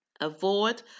Avoid